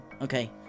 okay